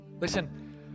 Listen